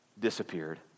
disappeared